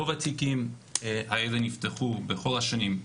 בכל השנים,